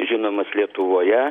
žinomas lietuvoje